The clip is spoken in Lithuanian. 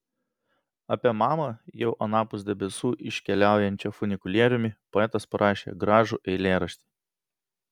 apie mamą jau anapus debesų iškeliaujančią funikulieriumi poetas parašė gražų eilėraštį